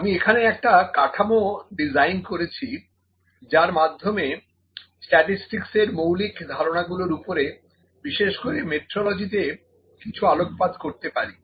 আমি এখানে একটা কাঠামো ডিজাইন করেছি যার মাধ্যমে স্ট্যাটিসটিকস এর মৌলিক ধারণাগুলোর ওপরে বিশেষ করে মেট্রোলজিতে কিছু আলোকপাত করতে পারি